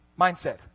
mindset